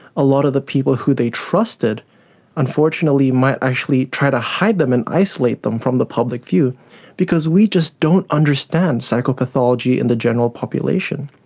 a lot of the people who they trusted unfortunately might actually try to hide them and isolate them from the public view because we just don't understand psychopathology in the general population.